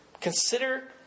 consider